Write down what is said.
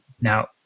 now